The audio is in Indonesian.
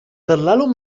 terlalu